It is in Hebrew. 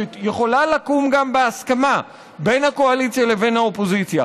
שגם יכולה לקום בהסכמה בין הקואליציה לבין האופוזיציה,